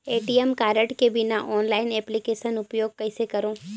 ATM card के बिना online application उपयोग कइसे करो?